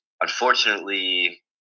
Unfortunately